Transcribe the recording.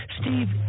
Steve